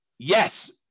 Yes